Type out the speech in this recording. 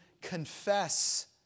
confess